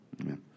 Amen